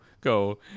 go